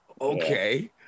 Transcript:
Okay